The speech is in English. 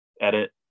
edit